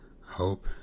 hope